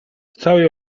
całej